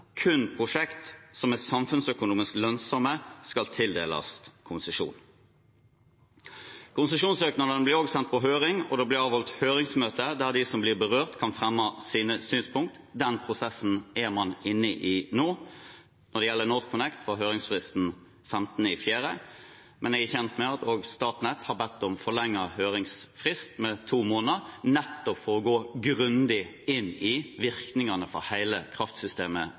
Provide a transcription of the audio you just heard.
Kun prosjekt som er samfunnsøkonomisk lønnsomme, skal tildeles konsesjon. Konsesjonssøknadene blir også sendt på høring, og det blir avholdt høringsmøter der de som blir berørt, kan fremme sine synspunkt. Den prosessen er man inne i nå. Når det gjelder NorthConnect, var høringsfristen 15. april men jeg er kjent med at også Statnett har bedt om en forlenget høringsfrist med to måneder, nettopp for å gå grundig inn i virkningene for hele kraftsystemet